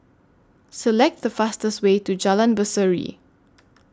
Select The fastest Way to Jalan Berseri